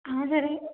ஆ சரிங்க சார்